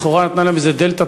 לכאורה נתנה להם איזו דלתא,